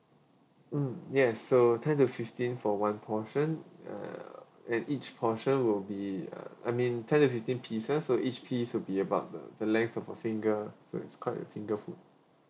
mm yes so ten to fifteen for one portion uh and each portion will be uh I mean ten to fifteen pieces so each piece will be about the length of a finger so it's quite a finger food